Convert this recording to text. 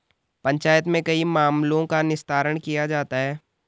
पंचायत में कई मामलों का निस्तारण किया जाता हैं